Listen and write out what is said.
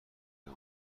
بود